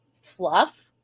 fluff